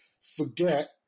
forget